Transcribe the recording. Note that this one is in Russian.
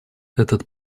этот